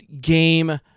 game